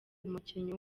umukinnyi